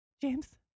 James